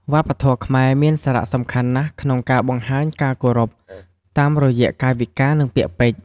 វប្បធម៌ខ្មែរមានសារៈសំខាន់ណាស់ក្នុងការបង្ហាញការគោរពតាមរយៈកាយវិការ និងពាក្យពេចន៍។